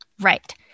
right